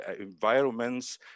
environments